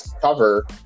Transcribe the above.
cover